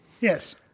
Yes